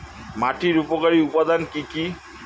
মাটির উপকারী উপাদান কি কি?